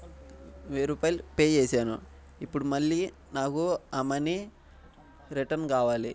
వెయ్యి రూపాయిలు పే చేసాను ఇప్పుడు మళ్ళీ నాకు ఆ మనీ రిటర్న్ కావాలి